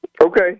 okay